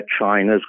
China's